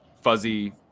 fuzzy